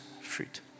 fruit